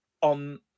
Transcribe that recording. on